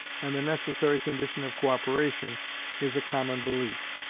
and the necessary condition of co-operation is a common belief.